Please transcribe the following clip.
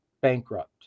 bankrupt